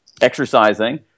exercising